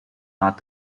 not